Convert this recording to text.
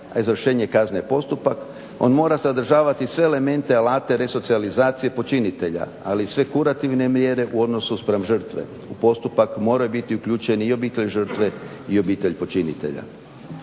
a izvršenje kazne je postupak on mora sadržavati sve elemente, alate resocijalizacije počinitelja, ali i sve kurativne mjere u odnosu spram žrtve. U postupak moraju biti uključeni i obitelj žrtve i obitelj počinitelja.